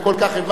כך הבנתי,